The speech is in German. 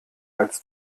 als